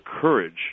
courage